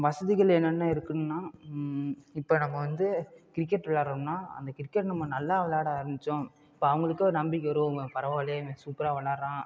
வசதிகள் என்னென்ன இருக்குதுன்னா இப்போ நம்ம வந்து கிரிக்கெட் விளாட்றோம்னா அந்த கிரிக்கெட் நம்ம நல்லா விளாட ஆரம்மிச்சோம் இப்போ அவங்களுக்கு ஒரு நம்பிக்கை வரும் இவன் பரவாயில்லையே இவன் சூப்பராக விளையாட்றான்